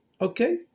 Okay